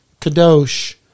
kadosh